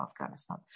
Afghanistan